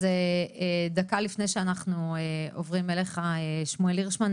אז דקה לפני שאנחנו עוברים אליך שמואל הירשמן,